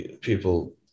people